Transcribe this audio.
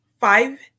five